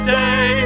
day